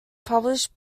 published